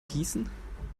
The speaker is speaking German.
gießen